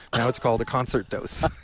now it's called a concert dose.